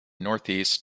northeast